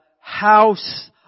house